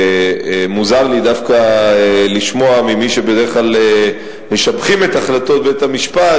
ומוזר לי דווקא לשמוע ממי שבדרך כלל משבחים את החלטות בית-המשפט,